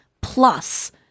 plus